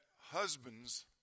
husbands